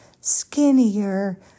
skinnier